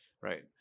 right